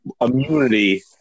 immunity